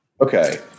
Okay